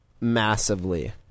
massively